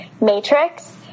matrix